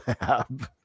lab